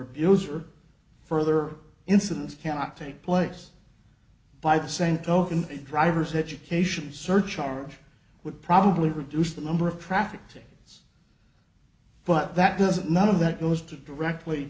abuser further incidents cannot take place by the same token a driver's education surcharge would probably reduce the number of traffic tickets but that doesn't none of that goes to directly